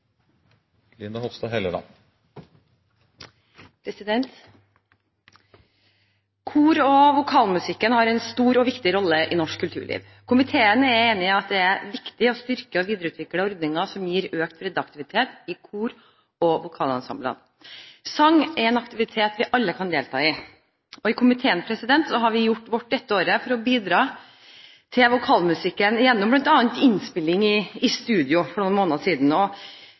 Det anses vedtatt. Kor- og vokalmusikken har en stor og viktig rolle i norsk kulturliv. Komiteen er enig i at det er viktig å styrke og videreutvikle ordninger som gir økt breddeaktivitet i kor- og vokalensembler. Sang er en aktivitet vi alle kan delta i. I komiteen har vi gjort vårt dette året for å bidra til vokalmusikken gjennom bl.a. innspilling i studio for